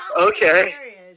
okay